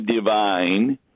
divine